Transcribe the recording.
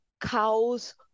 cows